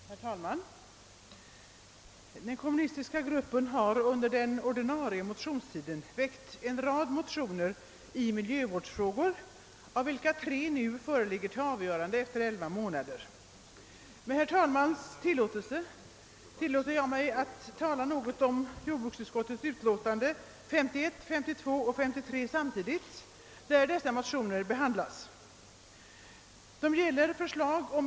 Herr talman! Den kommunistiska gruppen har under den ordinarie motionstiden väckt en rad motioner i miljövårdsfrågor av vilka tre skall avgöras nu efter det att elva månader förflutit. Med herr talmannens tillåtelse skall jag samtidigt något beröra jordbruksutskottets utlåtanden nr 51, nr 52 och nr 53 där motionerna behandlas.